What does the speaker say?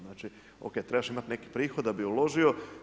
Znači o.k. trebaš imati neki prihod da bi uložio.